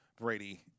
Brady